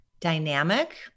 dynamic